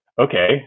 okay